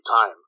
time